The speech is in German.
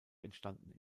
entstanden